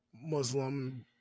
muslim